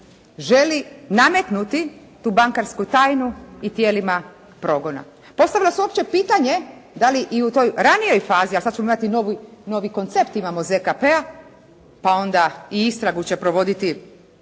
želi nametnuti tu bankarsku tajnu i tijelima progona. Postavilo se uopće pitanje da li i u toj ranijoj fazi, a sad ćemo imati novi koncept, imamo ZKP-a, pa onda i istragu će provoditi